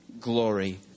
glory